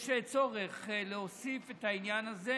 יש צורך להוסיף את העניין הזה,